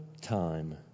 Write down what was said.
time